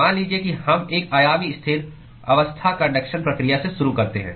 मान लीजिए कि हम एक आयामी स्थिर अवस्था कन्डक्शन प्रक्रिया से शुरू करते हैं